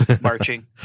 marching